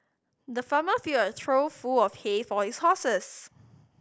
the farmer filled a trough full of hay for his horses